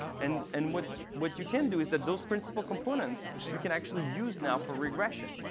and and what what you can do is that those principal components, you can actually use now for regression.